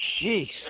Jeez